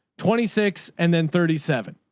twenty six and then thirty seven.